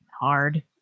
hard